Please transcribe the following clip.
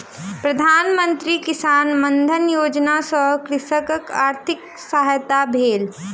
प्रधान मंत्री किसान मानधन योजना सॅ कृषकक आर्थिक सहायता भेल